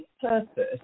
purpose